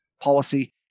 policy